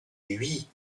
hui